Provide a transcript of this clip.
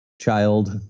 child